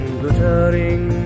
glittering